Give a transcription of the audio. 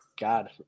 God